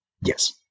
Yes